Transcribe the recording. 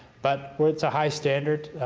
but, well, it's a high standard,